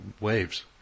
waves